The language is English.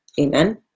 Amen